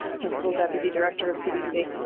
principal deputy director of cdc.